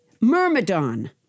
Myrmidon